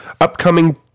upcoming